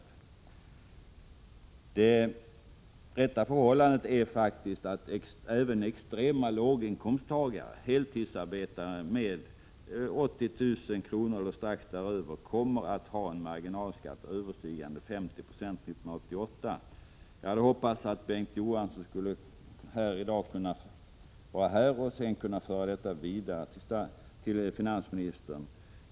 Det rätta förhållandet är faktiskt att även de som har extremt låga inkomster, heltidsarbetande med en årslön på 80 000 kr. eller strax däröver, kommer att få en marginalskatt överstigande 50 96 1988. Jag hade hoppats att Bengt K. Å. Johansson varit närvarande i dag, så att han hade kunnat föra detta vidare till finansministern.